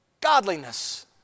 Godliness